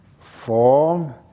form